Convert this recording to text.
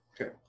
Okay